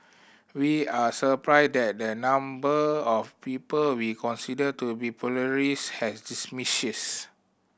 we are surprised that the number of people we consider to be pluralist has diminishes